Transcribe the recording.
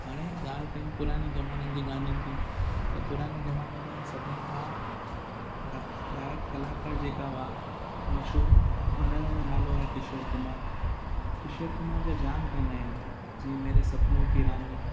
हाणे ॻाल्हि कयूं पुराणे ज़माने जे गाननि जी त पुराणे ज़माने में सभिनी खां गायक कलाकार जेका हुआ मशहूर हुनजो नालो आहे किशोर कुमार किशोर कुमार जा जाम गाना आहिनि जीअं मेरे सपनो की रानी